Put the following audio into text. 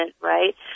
right